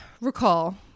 recall